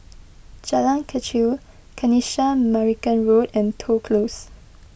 Jalan Kechil Kanisha Marican Road and Toh Close